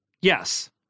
yes